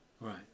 Right